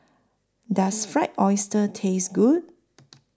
Does Fried Oyster Taste Good